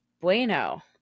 Bueno